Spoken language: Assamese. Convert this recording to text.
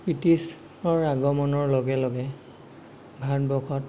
ব্ৰিটিছৰ আগমনৰ লগে লগে ভাৰতবৰ্ষত